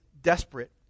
desperate